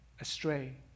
astray